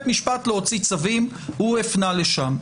משפט להוציא צווים הוא הפנה לשם.